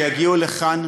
שיגיעו לכאן